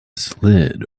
slid